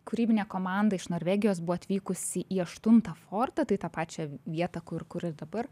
kūrybinė komanda iš norvegijos buvo atvykusi į aštuntą fortą tai tą pačią vietą kur kur ir dabar